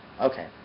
Okay